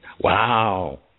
Wow